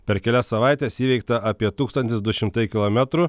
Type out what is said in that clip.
per kelias savaites įveikta apie tūkstantis du šimtai kilometrų